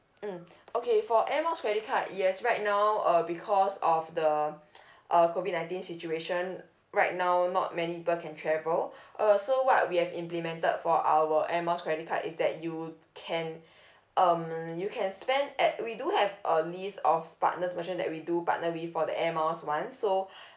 mm okay for air miles credit card yes right now uh because of the uh COVID nineteen situation right now not many people can travel uh so what we have implemented for our air miles credit card is that you can um you can spend at we do have a list of partners merchants that we do partner with for the air miles [one] so